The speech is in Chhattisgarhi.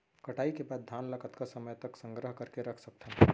कटाई के बाद धान ला कतका समय तक संग्रह करके रख सकथन?